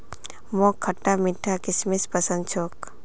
मोक खटता मीठा किशमिश पसंद छोक